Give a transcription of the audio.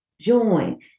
join